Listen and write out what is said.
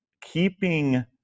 keeping